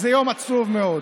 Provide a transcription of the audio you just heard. זה יום עצוב מאוד.